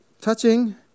touching